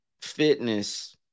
fitness